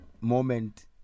moment